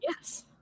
Yes